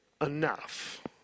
enough